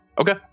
Okay